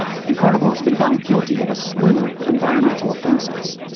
and carnival has been found guilty of a slew of environmental offenses.